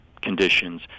conditions